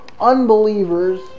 unbelievers